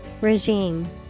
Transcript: Regime